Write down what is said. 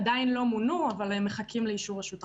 עדיין לא מונו אבל מחכים לאישור רשות החברות.